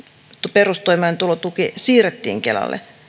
perustoimeentulotuki siirrettiin kelalle